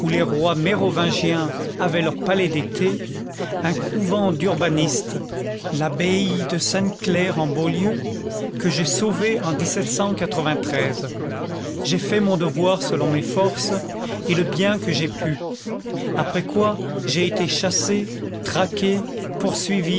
les rois mérovingiens avaient leur palais d'été un couvent d'urbanistes l'abbaye de sainte-claire en beaulieu que j'ai sauvé en j'ai fait mon devoir selon mes forces et le bien que j'ai pu après quoi j'ai été chassé traqué poursuivi